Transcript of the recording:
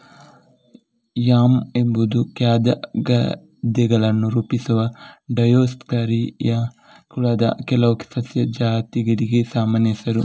yam ಎಂಬುದು ಖಾದ್ಯ ಗೆಡ್ಡೆಗಳನ್ನು ರೂಪಿಸುವ ಡಯೋಸ್ಕೋರಿಯಾ ಕುಲದ ಕೆಲವು ಸಸ್ಯ ಜಾತಿಗಳಿಗೆ ಸಾಮಾನ್ಯ ಹೆಸರು